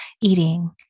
eating